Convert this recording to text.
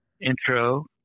Intro